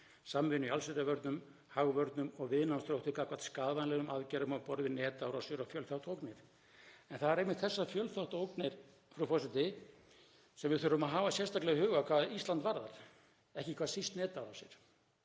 samvinnu í allsherjarvörnum, hagvörnum og viðnámsþrótti gagnvart skaðvænlegum aðgerðum á borð við netárásir og fjölþáttaógnir. En það eru einmitt þessar fjölþáttaógnir, frú forseti, sem við þurfum að hafa sérstaklega í huga hvað Ísland varðar, ekki hvað síst netárásir.